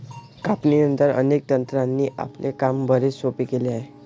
कापणीनंतर, अनेक तंत्रांनी आपले काम बरेच सोपे केले आहे